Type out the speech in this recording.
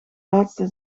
laatste